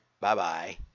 bye-bye